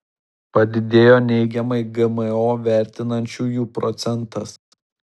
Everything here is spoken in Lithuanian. padidėjo neigiamai gmo vertinančiųjų procentas